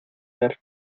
dar